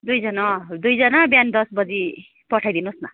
दुईजना अँ दुईजना बिहान दस बजी पठाइदिनु होस् न